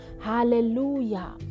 hallelujah